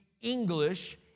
English